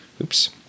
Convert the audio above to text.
oops